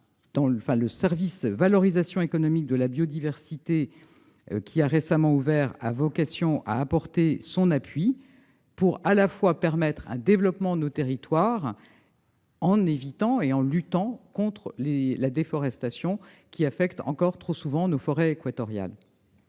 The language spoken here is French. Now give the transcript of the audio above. le service « valorisation économique de la biodiversité », qui a récemment ouvert en Guyane, a vocation à apporter son appui pour, à la fois, permettre un développement de nos territoires et lutter contre la déforestation qui affecte encore trop souvent nos forêts équatoriales.